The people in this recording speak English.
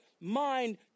mind